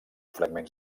fragments